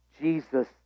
Jesus